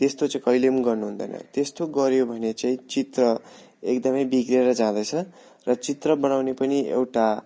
त्यस्तो चाहिँ कहिले पनि गर्नु हुँदैन त्यस्तो गऱ्यो भने चाहिँ चित्र एकदमै बिग्रेर जाँदछ र चित्र बनाउने पनि एउटा